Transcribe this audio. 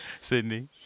Sydney